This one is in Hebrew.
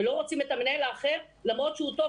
ולא רוצים את המנהל האחר למרות שהוא טוב,